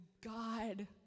God